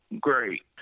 great